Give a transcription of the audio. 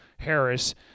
Harris